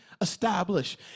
establish